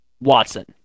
Watson